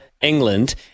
England